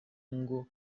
ngo